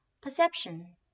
Perception